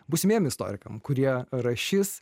būsimiems istorikams kurie rašys